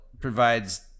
provides